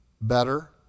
better